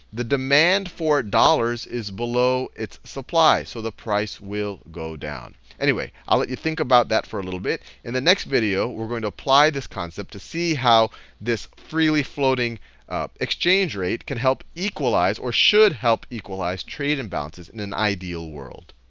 the demand for dollars is below its supply, so the price will go down. anyway, i'll let you think about that for a little bit. in the next video, we're going to apply this concept to see how this freely floating exchange rate can help equalize, or should help equalize trade imbalances in an ideal world.